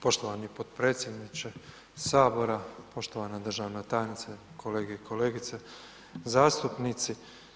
Poštovani potpredsjedniče Sabora, poštovana državna tajnice, kolege i kolegice zastupnici.